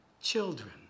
children